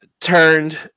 turned